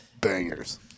bangers